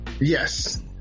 Yes